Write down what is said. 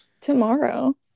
Tomorrow